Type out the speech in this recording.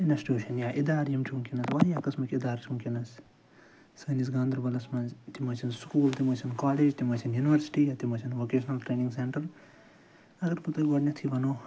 institution یا اِدارٕ یِم چھِ وٕنۍکٮ۪نَس واریاہ قٕسمٕکۍ اِدارٕ چھِ وٕنۍکٮ۪نَس سٲنِس گاندربَلَس مَنٛز تِم ٲسِنۍ سُکوٗل تِم ٲسِنۍ کالیج تِم ٲسِنۍ یونیورسٹی یا تِم ٲسِٕنۍ ووکیشنَل ٹرٛینِنٛگ سٮ۪نٛٹر اگر بہٕ تۄہہِ گۄڈنٮ۪تھٕے وَنو